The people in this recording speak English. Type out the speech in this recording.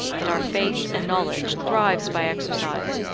that our faith and knowledge thrives by exercise,